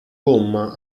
gomma